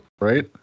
right